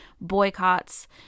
boycotts